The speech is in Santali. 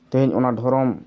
ᱛᱮᱦᱤᱧ ᱚᱱᱟ ᱫᱷᱚᱨᱚᱢ